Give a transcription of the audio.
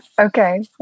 Okay